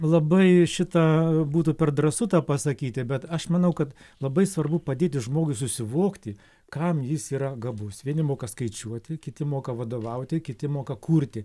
labai šitą būtų per drąsu tą pasakyti bet aš manau kad labai svarbu padėti žmogui susivokti kam jis yra gabus vieni moka skaičiuoti kiti moka vadovauti kiti moka kurti